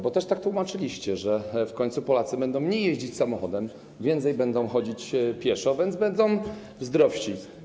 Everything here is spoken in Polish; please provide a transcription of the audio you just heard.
Bo też tak tłumaczyliście, że w końcu Polacy będą mniej jeździć samochodem, będą więcej chodzić pieszo, więc będą zdrowsi.